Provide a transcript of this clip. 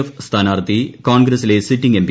F സ്ഥാനാർത്ഥി കോൺഗ്രസിലെ sitting M